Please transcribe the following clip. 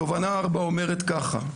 תובנה ארבע אומרת ככה,